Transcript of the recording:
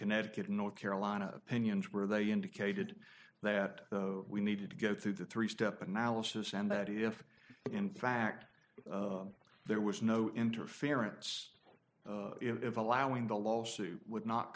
connecticut north carolina opinions where they indicated that we needed to go through the three step analysis and that if in fact there was no interference if allowing the lawsuit w